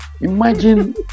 imagine